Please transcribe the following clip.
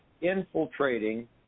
infiltrating